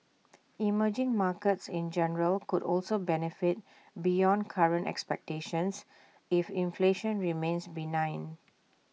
emerging markets in general could also benefit beyond current expectations if inflation remains benign